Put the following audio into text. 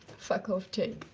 fuck off, jake.